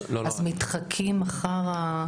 אז מתחקים אחרי?